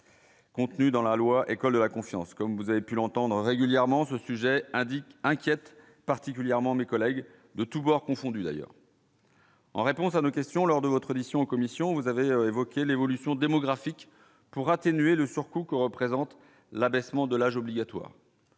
Contenu dans la loi, école de la confiance comme vous avez pu l'entendre régulièrement ce sujet indique inquiète particulièrement mes collègues de tous bords confondus d'ailleurs. En réponse à nos questions lors de votre audition en commission, vous avez évoqué l'évolution démographique pour atténuer le surcoût que représente l'abaissement de l'âge obligatoire.